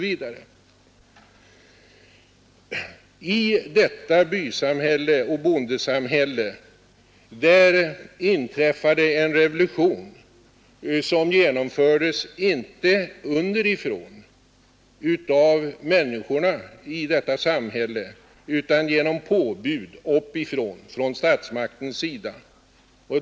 I detta byoch bondesamhälle inträffade en revolution, som inte genomfördes underifrån av människorna i detta samhälle utan genom påbud från statsmakten, alltså uppifrån.